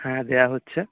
হ্যাঁ দেয়া হচ্ছে